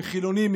מחילונים,